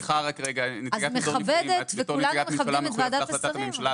אז אני מכבדת וכולנו מכבדים את ועדת השרים,